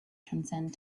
transcend